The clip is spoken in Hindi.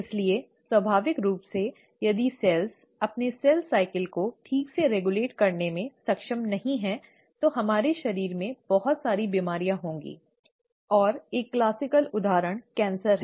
इसलिए स्वाभाविक रूप से यदि कोशिकाएं अपने सेल साइकिल को ठीक से रेगुलेट करने में सक्षम नहीं हैं तो हमारे शरीर में बहुत सारी बीमारियां होंगी और एक क्लासिक उदाहरण कैंसर'cancer' है